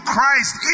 Christ